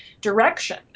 direction